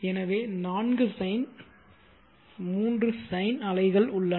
எனவே நான்கு சைன் மூன்று சைன் அலைகள் உள்ளன